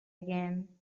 again